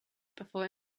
before